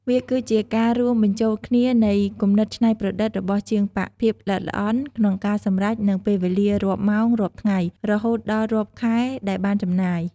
វាគឺជាការរួមបញ្ចូលគ្នានៃ គំនិតច្នៃប្រឌិត របស់ជាងប៉ាក់ ភាព ល្អិតល្អន់ ក្នុងការសម្រេច និង ពេលវេលា រាប់ម៉ោង រាប់ថ្ងៃ រហូតដល់រាប់ខែដែលបានចំណាយ។